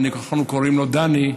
אנחנו קוראים לו דני,